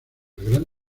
gran